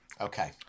Okay